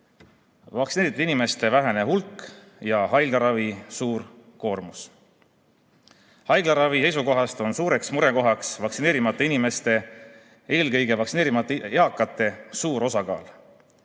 vaktsineeritud inimeste vähene hulk ja haiglaravi suur koormus. Haiglaravi seisukohast on suur murekoht vaktsineerimata inimeste, eelkõige vaktsineerimata eakate suur osakaal.